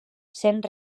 sent